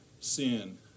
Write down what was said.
Sin